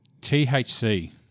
THC